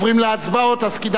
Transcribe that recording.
אז כדאי שכבר תשבו.